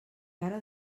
cara